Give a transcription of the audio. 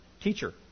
teacher